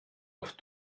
auf